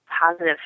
positive